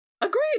Agreed